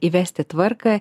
įvesti tvarką